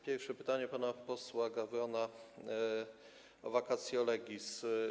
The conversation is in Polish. Pierwsze to pytanie pana posła Gawrona o vacatio legis.